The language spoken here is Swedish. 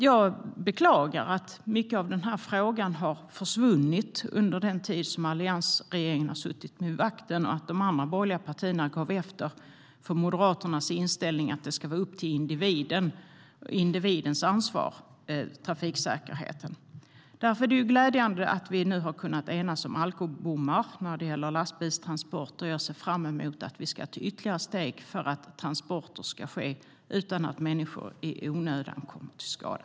Jag beklagar att mycket av denna fråga har försvunnit under den tid som alliansregeringen har suttit vid makten och att de andra borgerliga partierna gav efter för Moderaternas inställning att trafiksäkerheten ska vara upp till individens ansvar. Därför är det glädjande att vi nu har kunnat enas om alkobommar när det gäller lastbilstransporter. Jag ser fram emot att vi ska ta ytterligare steg för att transporter ska ske utan att människor i onödan kommer till skada.